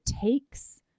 takes